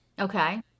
Okay